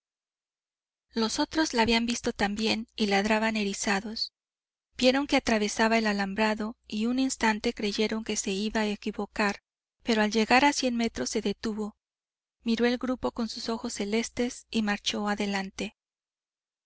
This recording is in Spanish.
los otros la habían visto también y ladraban erizados vieron que atravesaba el alambrado y un instante creyeron que se iba a equivocar pero al llegar a cien metros se detuvo miró el grupo con sus ojos celestes y marchó adelante